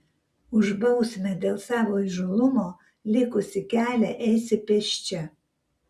už bausmę dėl savo įžūlumo likusį kelią eisi pėsčia